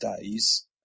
days